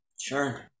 sure